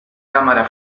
cámara